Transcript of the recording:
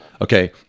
Okay